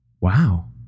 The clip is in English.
Wow